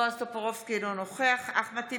אינו נוכח אחמד טיבי,